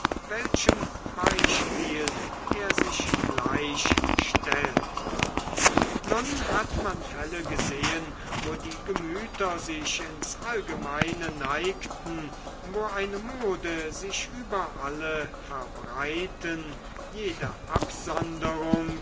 welchem beispiel er sich gleichstellt nun hat man fälle gesehen wo die gemüter sich ins allgemeine neigten wo eine mode sich über alle verbreiten jede